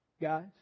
Guys